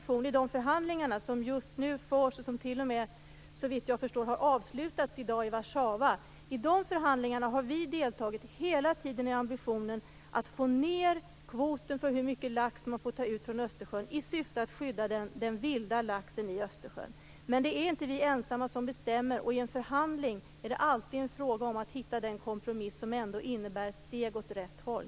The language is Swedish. I de förhandlingar som just nu förs och som, såvitt jag förstår, har avslutats i dag i Warszawa har vi deltagit med ambitionen hela tiden att få ned kvoten för hur mycket lax som får tas ut i Östersjön i syfte att skydda den vilda laxen i Östersjön. Men det är inte vi ensamma som bestämmer. I en förhandling är det alltid fråga om att hitta den kompromiss som ändå innebär steg åt rätt håll.